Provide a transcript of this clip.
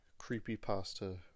creepypasta